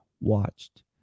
watched